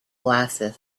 glasses